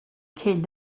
cyn